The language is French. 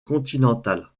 continental